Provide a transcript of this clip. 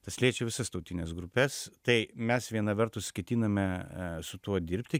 tas liečia visas tautines grupes tai mes viena vertus ketiname su tuo dirbti